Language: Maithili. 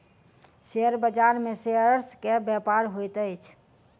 शेयर बाजार में शेयर्स के व्यापार होइत अछि